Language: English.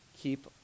Keep